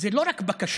זאת לא רק בקשה,